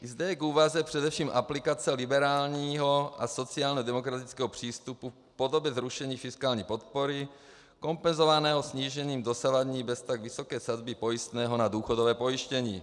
Zde je k úvaze především aplikace liberálního a sociálnědemokratického přístupu v podobě zrušení fiskální podpory, kompenzovaného snížením dosavadní beztak vysoké sazby pojistného na důchodové pojištění.